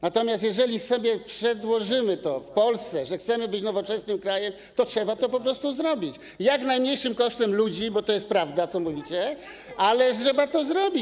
Natomiast jeżeli sobie przedłożymy to w Polsce, że chcemy być nowoczesnym krajem, to trzeba to po prostu zrobić, jak najmniejszym kosztem ludzi, bo to jest prawda, co mówicie, ale trzeba to zrobić.